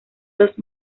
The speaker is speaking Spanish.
los